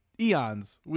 Eons